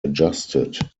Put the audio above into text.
adjusted